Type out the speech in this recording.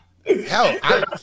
Hell